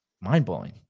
mind-blowing